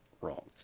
wrong